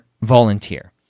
volunteer